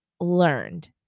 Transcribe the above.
learned